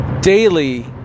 Daily